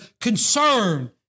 concern